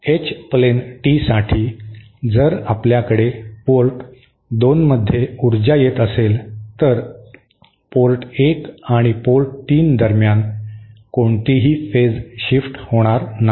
H plane टीसाठी जर आपल्याकडे पोर्ट 2 मध्ये ऊर्जा येत असेल तर पोर्ट 1 आणि पोर्ट 3 दरम्यान कोणतीही फेज शिफ्ट होणार नाही